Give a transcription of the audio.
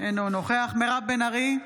אינו נוכח מירב בן ארי,